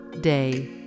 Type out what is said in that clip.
day